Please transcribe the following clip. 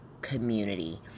community